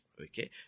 Okay